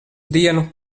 dienu